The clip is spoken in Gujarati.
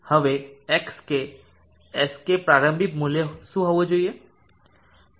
હવે xk xk પ્રારંભિક મૂલ્ય શું હોવું જોઈએ